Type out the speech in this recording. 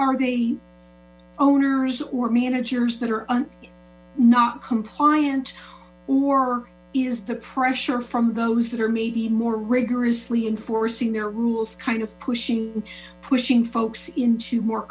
are the owners or managers that are not compliant or is the pressure from those that are maybe more rigorously enforcing their rules kind of pushing pushing folks into more